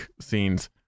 scenes